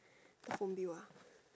the phone bill ah